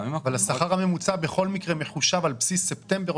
אבל השכר הממוצע בכל מקרה מחושב על בסיס ספטמבר,